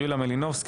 יוליה מלינובסקי,